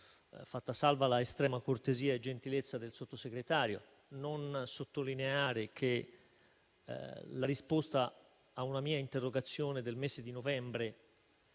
Fatta salva l'estrema cortesia e gentilezza del Sottosegretario, non posso non sottolineare che la risposta a questa mia interrogazione del mese di novembre